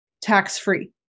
tax-free